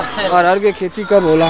अरहर के खेती कब होला?